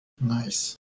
Nice